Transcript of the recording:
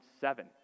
seven